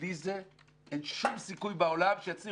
בלי זה אין שום סיכוי בעולם שיצליחו לעשות שינוי,